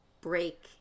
break